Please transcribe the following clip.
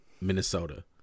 Minnesota